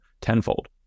tenfold